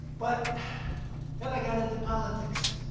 but then i got into politics.